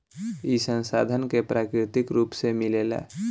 ई संसाधन के प्राकृतिक रुप से मिलेला